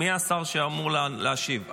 מי השר שאמור להשיב?